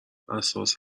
اساس